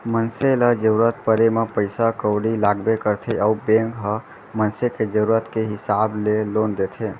मनसे ल जरूरत परे म पइसा कउड़ी लागबे करथे अउ बेंक ह मनसे के जरूरत के हिसाब ले लोन देथे